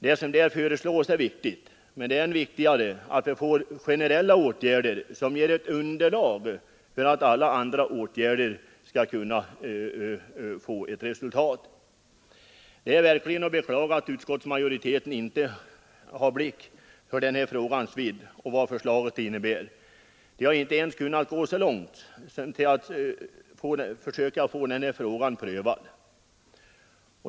Vad som där föreslås är viktigt, men än viktigare är att vi får generella åtgärder som ger det underlag som krävs för att andra åtgärder skall ge verkligt resultat. Det är verkligen att beklaga att utskottsmajoriteten inte har blick för den här frågans vidd och för förslagets innebörd. Man har inte ens kunnat gå så långt att man försökt få denna fråga prövad.